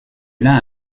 l’un